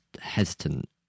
hesitant